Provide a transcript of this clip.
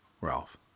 Ralph